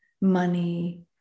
money